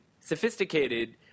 sophisticated